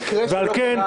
מה יקרה --- ועל כן,